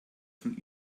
von